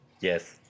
Yes